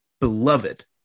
beloved